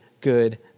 good